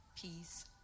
peace